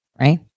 right